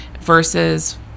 versus